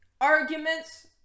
Arguments